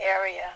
area